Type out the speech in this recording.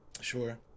Sure